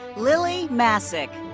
lily masek